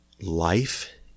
life